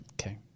Okay